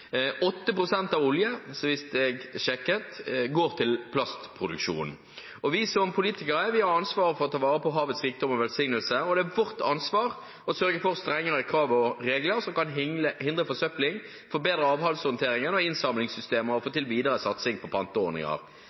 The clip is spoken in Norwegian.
til plastproduksjon. Vi som politikere har ansvar for å ta vare på havets rikdom og velsignelse, og det er vårt ansvar å sørge for strengere krav og regler som kan hindre forsøpling, forbedre avfallshåndtering og innsamlingssystemer og få til videre satsing på panteordninger.